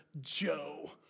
Joe